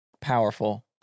powerful